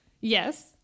Yes